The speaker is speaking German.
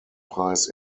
preis